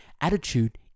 Attitude